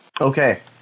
Okay